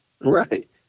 right